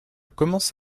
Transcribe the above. commence